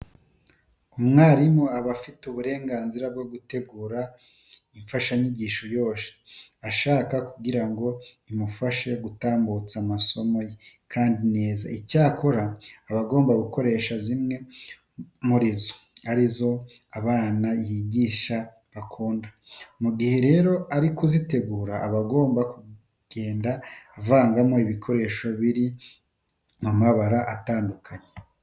Umwarimu aba afite uburenganzira bwo gutegura imfashanyigisho yose ashaka kugira ngo imufashe gutambutsa amasomo ye kandi neza. Icyakora aba agomba gukoresha zimwe mu zo azi abana yigisha bakunda. Mu gihe rero ari kuzitegura aba agomba kugenda avangamo ibikoresho biri mu mabara atandukanye.